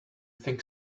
think